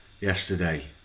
yesterday